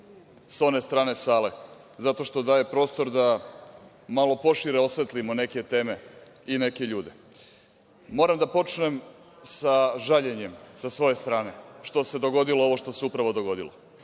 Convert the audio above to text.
s one strane sale, zato što daje prostor da malo pošire osvetlimo neke teme i neke ljude. Moram da počnem sa žaljenjem sa svoje strane što se dogodilo ovo što se upravo dogodilo,